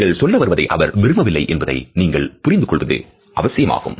நீங்கள் சொல்ல வருவதை அவர் விரும்பவில்லை என்பதை நீங்கள் புரிந்து கொள்வது அவசியமாகும்